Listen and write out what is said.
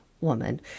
woman